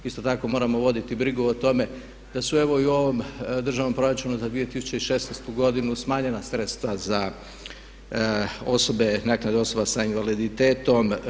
Isto tako moramo voditi brigu o tome da su evo i u ovom državnom proračunu za 2016. godinu smanjenja sredstva za osobe, naknadu osoba sa invaliditetom.